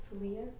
Celia